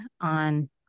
on